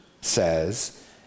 says